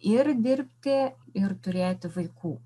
ir dirbti ir turėti vaikų